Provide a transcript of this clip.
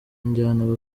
njyana